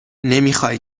نمیخای